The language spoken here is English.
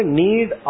need